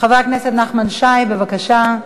חבר הכנסת נחמן שי, בבקשה.